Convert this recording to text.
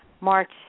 March